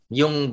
yung